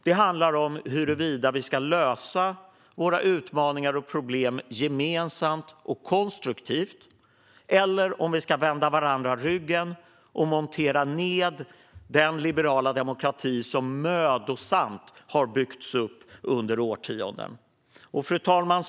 Det handlar om huruvida vi ska lösa våra utmaningar och problem gemensamt och konstruktivt eller vända varandra ryggen och montera ned den liberala demokrati som mödosamt har byggts upp under årtionden. Fru talman!